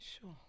sure